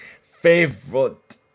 Favorite